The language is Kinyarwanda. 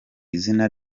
izina